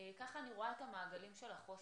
ככה אני רואה את המעגלים של החוסן.